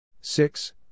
six